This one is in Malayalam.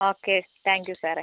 ഓക്കെ താങ്ക് യൂ സാറേ